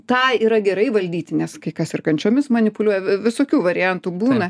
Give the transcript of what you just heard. tą yra gerai įvaldyti nes kai kas ir kančiomis manipuliuojama visokių variantų būna